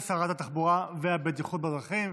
לשרת התחבורה והבטיחות בדרכים.